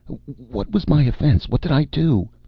what was my offense? what did i do?